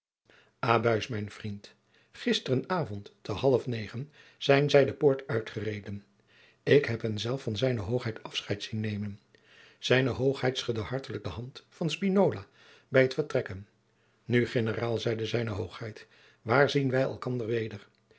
mijn vriend gisteren avond te half negen zijn zij de poort uitgereden ik heb hen zelf van z h afscheid zien nemen zijne hoogheid schudde hartelijk de hand van spinola bij t vertrekken nu generaal zeide z h waar zien wij elkander weder